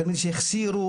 תלמידים שהחסירו,